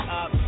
up